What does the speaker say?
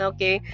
Okay